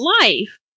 life